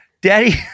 Daddy